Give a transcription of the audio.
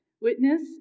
Witness